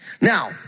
Now